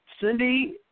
Cindy